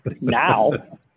now